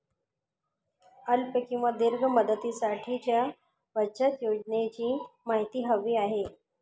अल्प किंवा दीर्घ मुदतीसाठीच्या बचत योजनेची माहिती हवी आहे